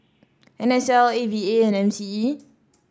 N S L A V A and M C E